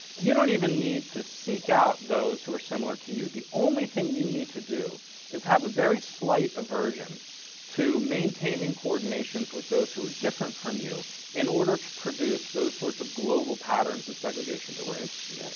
you don't even need to seek out those who are similar to you. the only thing you need to do is have a very slight aversion to maintaining coordinations with those who are different from you in order to produce those sorts of global patterns of segregations that we're interested yeah